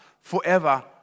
forever